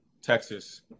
Texas